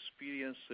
experience